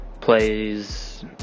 plays